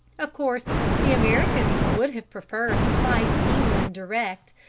of course the americans would have preferred to fight england direct,